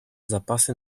zapasy